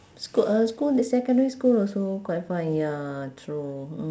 school uh school the secondary school also quite fun ya true mm